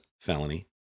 felony